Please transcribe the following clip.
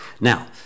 Now